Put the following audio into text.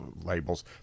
labels